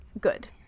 Good